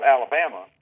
Alabama